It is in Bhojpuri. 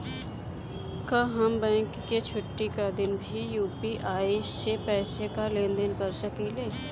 का हम बैंक के छुट्टी का दिन भी यू.पी.आई से पैसे का लेनदेन कर सकीले?